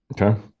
Okay